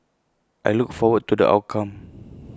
I look forward to the outcome